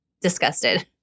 disgusted